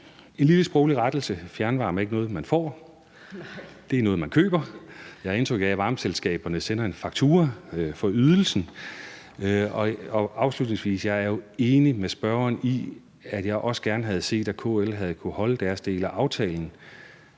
En lille sproglige rettelse: Fjernvarme er ikke noget, man får. Det er noget, man køber. Jeg har indtryk af, at varmeselskaberne sender en faktura for ydelsen. Og afslutningsvis: Jeg er jo enig med spørgeren, og jeg havde også gerne set, at KL havde kunnet holde deres del af aftalen.